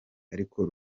ariko